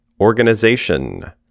Organization